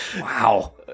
wow